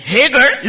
Hagar